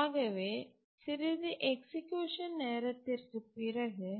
ஆகவே சிறிது எக்சிக்யூஷன் நேரத்திற்குப் பிறகு